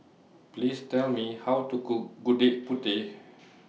Please Tell Me How to Cook Gudeg Putih